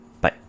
bye